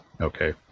Okay